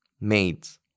maids